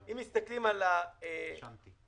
אם מסתכלים על החוק,